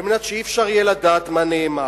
על מנת שלא יהיה אפשר לדעת מה נאמר.